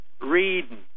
reading